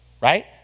right